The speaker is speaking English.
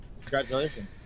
Congratulations